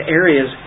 areas